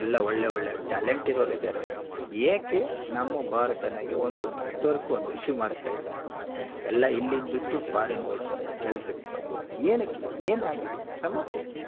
ಎಲ್ಲ ಒಳ್ಳೆ ಒಳ್ಳೆ ಟ್ಯಾಲೆಂಟ್ ಇರೋರು ಇದ್ದಾರೆ ಏಕೆ ನಮ್ಮ ಭಾರತದಾಗೆ ಒಂದು ನೆಟ್ವರ್ಕ್ ಒಂದು ಇಶ್ಯೂ ಮಾಡ್ತಾ ಇಲ್ಲ ಎಲ್ಲ ಇಲ್ಲಿದು ಬಿಟ್ಟು ಫಾರಿನ್ ಹೋಗ್ತಾರೆ ಕೆಲಸಕ್ಕೋಸ್ಕರ ಏನಕ್ಕೆ ಏನಾಗಿದೆ ಸಮಸ್ಯೆ ಏನು